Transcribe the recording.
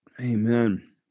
amen